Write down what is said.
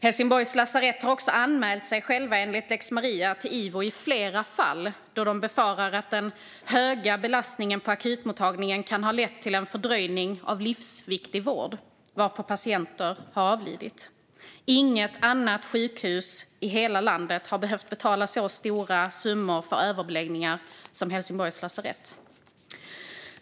Helsingborgs lasarett har också anmält sig själva enligt lex Maria till Ivo i flera fall då de befarar att den höga belastningen på akutmottagningen kan ha lett till en fördröjning av livsviktig vård, varpå patienter har avlidit. Inget annat sjukhus i hela landet har behövt betala så stora summor för överbeläggningar som Helsingborgs lasarett.